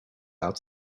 out